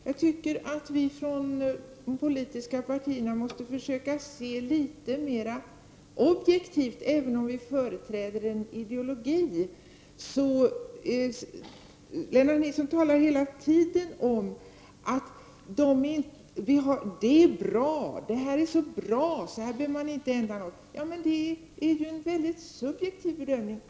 Jag tycker att vi från de politiska partierna måste försöka ha en mer objektiv syn, även om vi företräder en ideologi. Lennart Nilsson talar hela tiden om att allt är så bra, att ingenting behöver ändras. Men detta är ju en subjektiv bedömning.